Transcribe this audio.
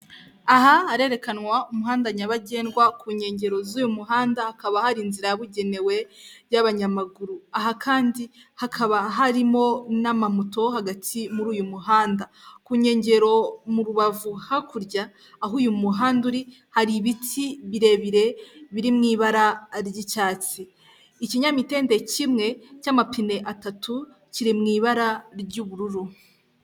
Aha harerekanwa umuhanda nyabagendwa ku nkengero z'uyu muhanda hakaba hari inzira yabugenewe y'abanyamaguru, aha kandi hakaba harimo n'ama moto hagati muri uyu muhanda, ku nkengero mu rubavu hakurya aho uyu muhanda uri hari ibiti birebire biri mu bara ry'icyatsi, ikinyamitende kimwe cy'amapine atatu kiri mu ibara ry'ubururu.